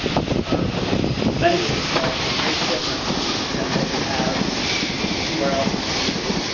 just are amenities that are very different than what we have anywhere else in the community,